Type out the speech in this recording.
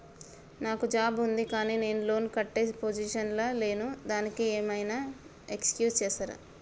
నాకు జాబ్ ఉంది కానీ నేను లోన్ కట్టే పొజిషన్ లా లేను దానికి ఏం ఐనా ఎక్స్క్యూజ్ చేస్తరా?